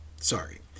Sorry